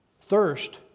Thirst